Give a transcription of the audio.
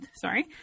sorry